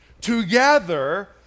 together